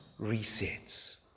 resets